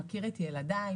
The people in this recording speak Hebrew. מכיר את ילדיי,